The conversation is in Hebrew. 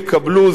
זה גם "יקבלו,